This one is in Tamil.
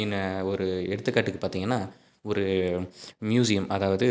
ஈன ஒரு எடுத்துக்காட்டுக்கு பார்த்தீங்கன்னா ஒரு மியூசியம் அதாவது